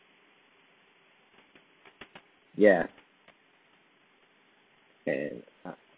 ya and uh